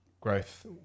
growth